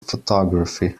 photography